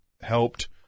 Helped